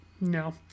no